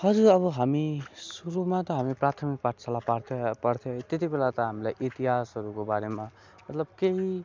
हजुर अब हामी सुरुमा त हामी प्राथमिक पाठशाला पढ्थ्यौँ पढ्थ्यौँ त्यतिबेला त हामीलाई इतिहासहरूको बारेमा मतलब केही